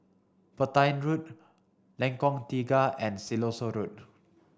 Petain Road Lengkong Tiga and Siloso Road